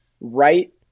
right